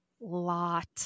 lot